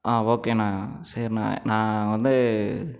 ஆ ஓகேணா சரிணா நான் வந்து